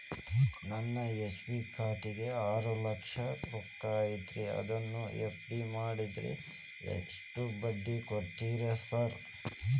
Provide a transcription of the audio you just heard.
ನನ್ನ ಎಸ್.ಬಿ ಖಾತ್ಯಾಗ ಆರು ಲಕ್ಷ ರೊಕ್ಕ ಐತ್ರಿ ಅದನ್ನ ಎಫ್.ಡಿ ಮಾಡಿದ್ರ ಎಷ್ಟ ಬಡ್ಡಿ ಕೊಡ್ತೇರಿ ಸರ್?